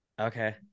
Okay